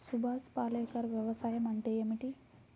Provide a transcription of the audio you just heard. సుభాష్ పాలేకర్ వ్యవసాయం అంటే ఏమిటీ?